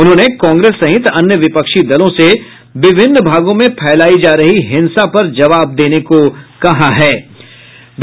उन्होंने कांग्रेस सहित अन्य विपक्षी दलों से देश के विभिन्न भागों में फैलाई ला रही हिंसा पर जवाब देने की भी मांग की